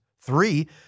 three